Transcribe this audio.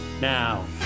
now